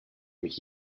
mich